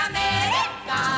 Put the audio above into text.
America